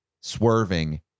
swerving